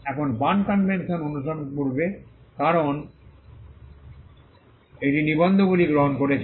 এখন Berne convention অনুসরণ করবে কারণ এটি নিবন্ধগুলি গ্রহণ করেছে